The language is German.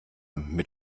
mit